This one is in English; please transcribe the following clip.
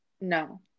No